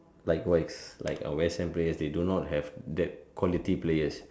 likewise like uh West Ham players they do not have that quality players